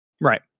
Right